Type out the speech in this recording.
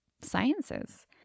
sciences